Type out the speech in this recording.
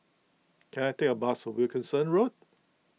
can I take a bus to Wilkinson Road